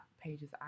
pages